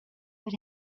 but